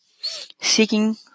seeking